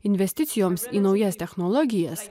investicijoms į naujas technologijas